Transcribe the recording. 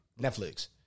Netflix